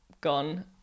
gone